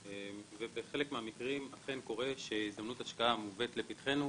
בחלק מהמקרים אכן קורה שהזדמנות השקעה מובאת לפתחנו